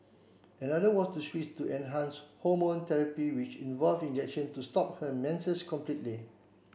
another was to switch to an enhance hormone therapy which involved injection to stop her menses completely